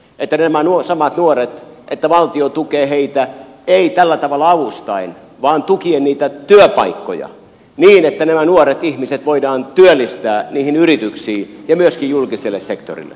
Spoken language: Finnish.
toinen vaihtoehto on se että valtio tukee näitä samoja nuoria ei tällä tavalla avustaen vaan tukien niitä työpaikkoja niin että nämä nuoret ihmiset voidaan työllistää niihin yrityksiin ja myöskin julkiselle sektorille